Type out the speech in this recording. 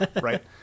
right